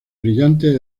brillantes